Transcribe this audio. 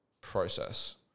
process